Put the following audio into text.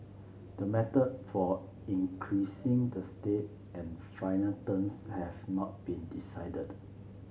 the method for increasing the stake and final terms have not been decided